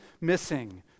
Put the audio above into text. missing